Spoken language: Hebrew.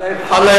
אללה,